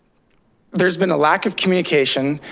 there's been a lack of communication,